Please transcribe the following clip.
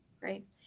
right